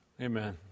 Amen